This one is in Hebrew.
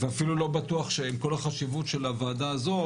ואפילו לא בטוח שעם כל החשיבות של הוועדה הזו,